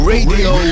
Radio